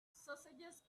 sausages